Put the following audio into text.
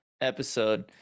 episode